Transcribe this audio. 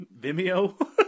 Vimeo